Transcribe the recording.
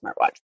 smartwatch